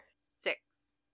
six